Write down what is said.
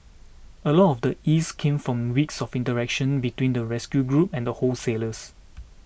a lot of the ease came from weeks of interaction between the rescue group and the wholesalers